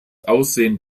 aussehen